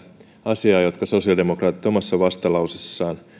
asiaa jotka sosiaalidemokraatit omassa vastalauseessaan